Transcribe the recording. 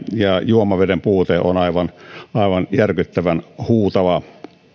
ja juomaveden puute on aivan aivan järkyttävän huutava